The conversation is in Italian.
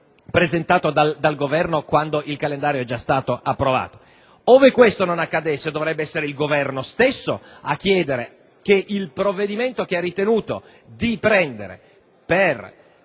presentato dal Governo quando il calendario è già stato approvato. Ove questo non accadesse, dovrebbe essere il Governo stesso a chiedere che il provvedimento, che ha ritenuto di prendere per